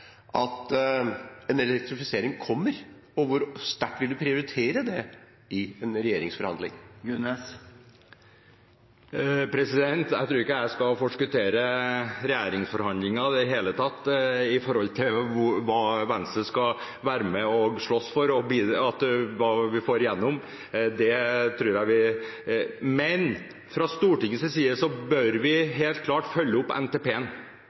at en elektrifisering kommer, og hvor sterkt vil han prioritere det i en regjeringsforhandling? Jeg tror ikke jeg i det hele tatt skal forskuttere regjeringsforhandlinger når det gjelder hva Venstre skal være med og slåss for, og hva vi får igjennom. Men fra Stortingets side bør vi helt klart følge opp